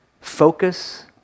focus